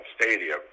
stadium